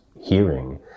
hearing